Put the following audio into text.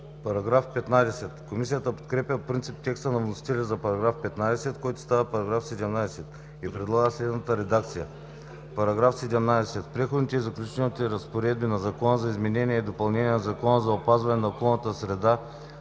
ИВАНОВ: Комисията подкрепя по принцип текста на вносителя за § 15, който става § 17, и предлага следната редакция: „§ 17. В Преходните и заключителните разпоредби на Закона за изменение и допълнение на Закона за опазване на околната среда